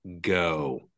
go